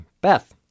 Beth